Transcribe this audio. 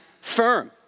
firm